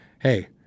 hey